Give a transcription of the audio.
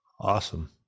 Awesome